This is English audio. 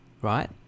Right